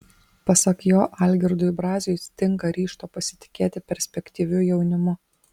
pasak jo algirdui braziui stinga ryžto pasitikėti perspektyviu jaunimu